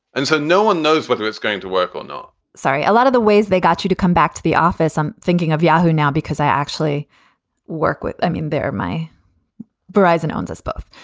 and so no one knows whether it's going to work or not sorry. a lot of the ways they got you to come back to the office, i'm thinking of yahoo! now because i actually work with. i mean, they're my barisal owns us both.